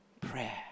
prayer